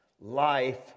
life